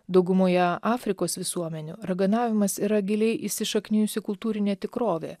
daugumoje afrikos visuomenių raganavimas yra giliai įsišaknijusi kultūrinė tikrovė